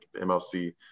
MLC